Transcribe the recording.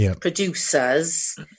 producers